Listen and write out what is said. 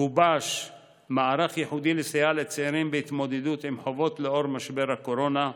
גובש מערך ייחודי לסייע לצעירים בהתמודדות עם חובות לנוכח משבר הקורונה,